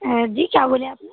हाँ जी क्या बोले आपने